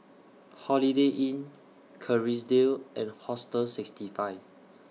Holiday Inn Kerrisdale and Hostel sixty five